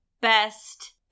best